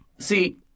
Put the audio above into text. See